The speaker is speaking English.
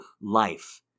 Life